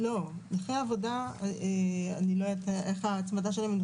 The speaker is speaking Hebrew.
לא, נכי עבודה, אני לא יודעת איך ההצמדה שלהם.